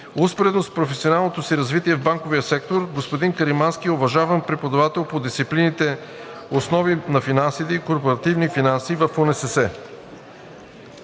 Успоредно с професионалното си развитие в банковия сектор господин Каримански е уважаван преподавател по дисциплините „Основи на финансите“ и „Корпоративни финанси“ в